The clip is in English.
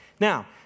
Now